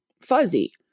fuzzy